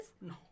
No